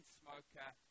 smoker